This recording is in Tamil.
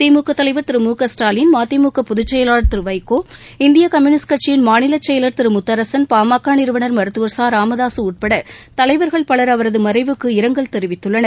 திமுக தலைவர் திரு மு க ஸ்டாலின் மதிமுக பொதுச் செயலாளர் திரு வைகோ இந்திய கம்யூனிஸ்ட் கட்சியின் மாநில செயலர் திரு முத்தரசன் பாமக நிறுவனர் மருத்துவர் ச ராமதாசு உட்பட தலைவர்கள் பலர் அவரது மறைவுக்கு இரங்கல் தெரிவித்துள்ளனர்